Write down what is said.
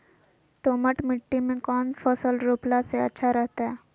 दोमट मिट्टी में कौन फसल रोपला से अच्छा रहतय?